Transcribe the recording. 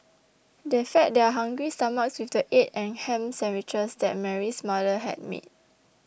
they fed their hungry stomachs with the egg and ham sandwiches that Mary's mother had made